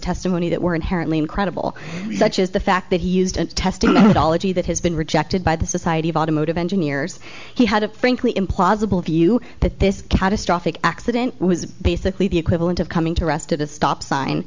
testimony that were inherently incredible such as the fact that he used testing that ology that has been rejected by the society of automotive engineers he had a frankly implausible view that this catastrophic accident was basically the equivalent of coming to rest at a stop sign